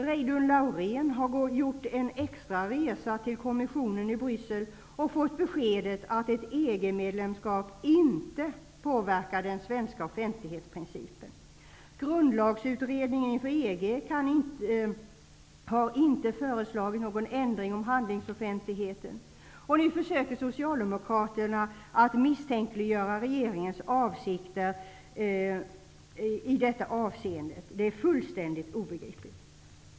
Reidunn Laurén har gjort en extra resa till kommissionen i Bryssel och fått beskedet att ett EG-medlemskap inte påverkar den svenska offentlighetsprincipen. Grundlagsutredningen inför EG har inte föreslagit någon ändring i handlingsoffentligheten. Nu försöker Socialdemokraterna att misstänkliggöra regeringens avsikter i detta avseende. Det är fullständigt obegripligt.